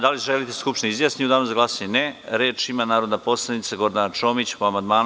Da li želite da se Skupština izjasni u danu za glasanje? (Ne.) Reč ima narodna poslanica Gordana Čomić, po amandmanu.